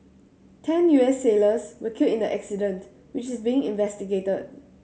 ten U S sailors were killed in the accident which is being investigated